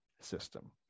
system